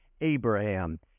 Abraham